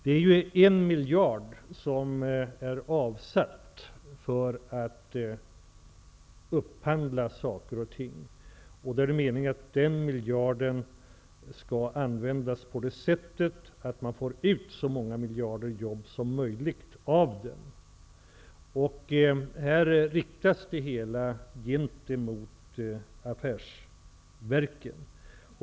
1 miljard har ju avsatts för upphandling. Det är meningen att den miljarden skall användas så, att man får ut så många jobb som möjligt. Här riktas det hela mot affärsverken.